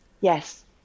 Yes